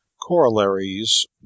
Corollaries